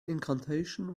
incantation